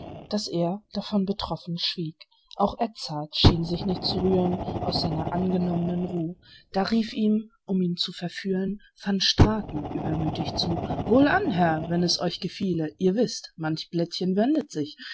daß er davon betroffen schwieg auch edzard schien sich nicht zu rühren aus seiner angenommnen ruh da rief ihm um ihn zu verführen van straten übermüthig zu wohlan herr wenn es euch gefiele ihr wißt manch blättchen wendet sich